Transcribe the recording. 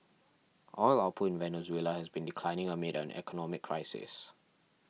oil output in Venezuela has been declining amid an economic crisis